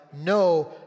no